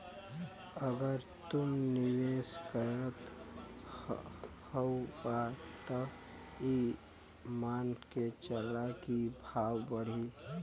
अगर तू निवेस करत हउआ त ई मान के चला की भाव बढ़ी